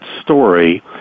story